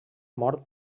mort